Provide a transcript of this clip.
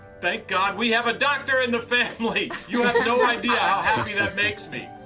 thank god we have a doctor in the family! you have no idea how happy that makes me.